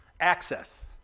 Access